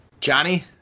Johnny